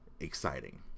exciting